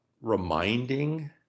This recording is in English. reminding